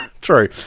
True